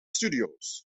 studios